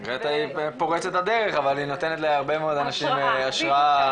גרטה היא פורצת הדרך אבל היא נותנת להרבה מאוד אנשים את ההשראה.